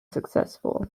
successful